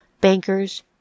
Bankers